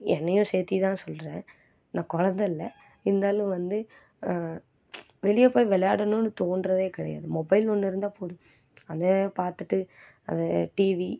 என்னையும் சேர்த்தி தான் சொல்கிறேன் நான் குழந்த இல்லை இருந்தாலும் வந்து வெளியே போய் விளையாடணும்னு தோணுறதே கிடையாது மொபைல் ஒன்று இருந்தால் போதும் அதை பார்த்துட்டு அதை டிவி